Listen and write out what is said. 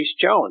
Jones